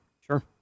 Sure